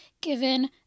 given